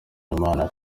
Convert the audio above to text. imana